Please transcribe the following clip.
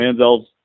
Manziel's